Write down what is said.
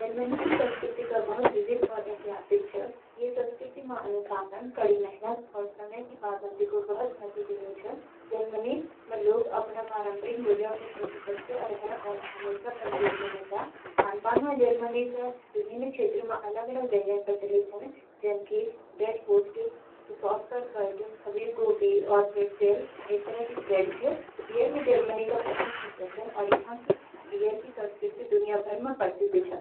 जर्मनी की संस्कृति बहुत विविध और ऐतिहासिक छ। इकी संस्कृति मा अनुशासन, कड़ी मेहनत और समय की पाबंदी को बहुत महत्व दिया जां। जर्मन लोग अपन पारंपरिक मूल्यों के प्रति सच्चे रहन और सामूहिकता पर जोर देन। खानपान मा जर्मनी के विभिन्न क्षेत्रन में अलग-अलग व्यंजन प्रचलित छन, जैंसे ब्रैटवुर्स्ट (सॉसेज), सौकरकृट (खमीर गोभी), और प्रेट्ज़ेल (एक तरह की बेक्ड ब्रेड)। बीयर भी जर्मनी का प्रमुख हिस्सा छ, और यहाँ की बीयर की संस्कृति दुनिया भर मा प्रसिद्ध छ।